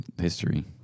history